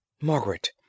Margaret